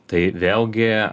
tai vėlgi